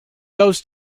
goes